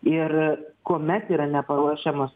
ir kuomet yra neparuošiamas